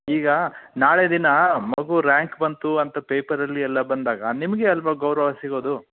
ಈಗ ನಾಳೆ ದಿನ ಮಗು ರ್ಯಾಂಕ್ ಬಂತು ಅಂತ ಪೇಪರಲ್ಲಿ ಎಲ್ಲ ಬಂದಾಗ ನಿಮಗೇ ಅಲ್ಲವಾ ಗೌರವ ಸಿಗೋದು